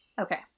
Okay